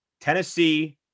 tennessee